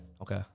Okay